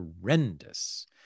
horrendous